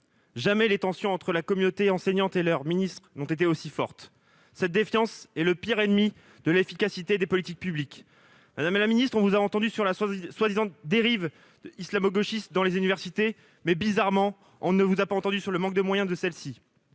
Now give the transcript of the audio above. jamais les tensions entre la communauté enseignante et leur ministre n'ont été aussi fortes. Cette défiance est la pire ennemie de l'efficacité des politiques publiques. On vous a entendue sur la prétendue « dérive islamo-gauchiste » des universités. Mais, bizarrement, on ne vous a pas entendue sur le manque de moyens de ces